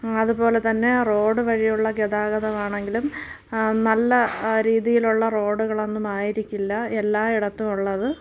അതുപോലെ തന്നെ റോഡ് വഴിയുള്ള ഗതാഗതമാണെങ്കിലും നല്ലരീതിയിലുള്ള റോഡുകളൊന്നുമായിരിക്കില്ല എല്ലായിടത്തും ഉള്ളത്